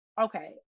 Okay